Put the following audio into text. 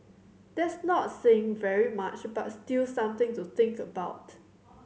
that's not saying very much but still something to think about